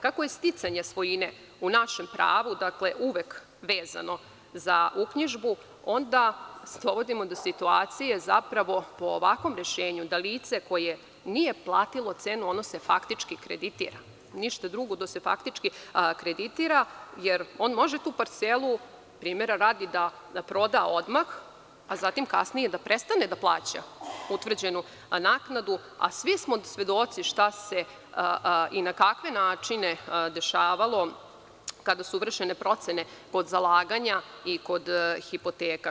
Kako je sticanje svojine u našem pravu uvek vezano za uknjižbu, onda dolazimo do situacije, zapravo, da u ovakvom rešenju da lice koje nije platilo cenu, ono se faktički kreditira, ništa drugo, faktički se kreditira, jer on može tu parcelu, primera radi, da proda odmah, a zatim kasnije da prestane da plaća utvrđenu naknadu, a svi smo svedoci šta se i na kakve načine dešavalo kada su vršene procene kod zalaganja i kod hipoteka.